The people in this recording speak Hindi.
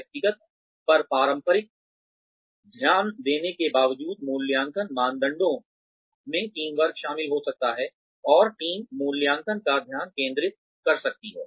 व्यक्तिगत पर पारंपरिक ध्यान देने के बावजूद मूल्यांकन मानदंडों में टीमवर्क शामिल हो सकता है और टीम मूल्यांकन का ध्यान केंद्रित कर सकती है